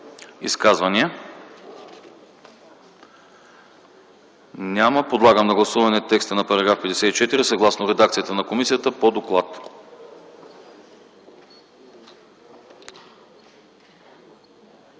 Изказвания няма. Подлагам на гласуване текста на § 73, съгласно редакцията на комисията по доклада.